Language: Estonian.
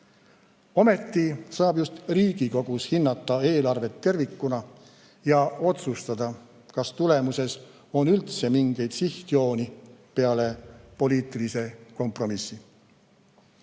Samas saab just Riigikogus hinnata eelarvet tervikuna ja otsustada, kas tulemuses on üldse mingeid sihtjooni peale poliitilise kompromissi.